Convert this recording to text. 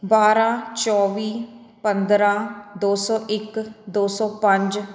ਬਾਰ੍ਹਾਂ ਚੌਵੀ ਪੰਦਰ੍ਹਾਂ ਦੋ ਸੌ ਇੱਕ ਦੋ ਸੌ ਪੰਜ